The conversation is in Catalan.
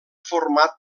format